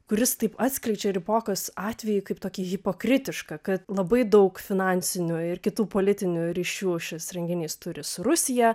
kuris taip atskleidžia ribokos atvejį kaip tokį hipokritišką kad labai daug finansinių ir kitų politinių ryšių šis renginys turi su rusija